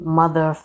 mother